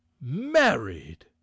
married